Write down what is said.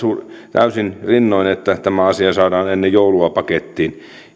täysin rinnoin että tämä asia saadaan ennen joulua pakettiin